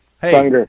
Hey